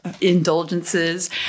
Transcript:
indulgences